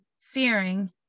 fearing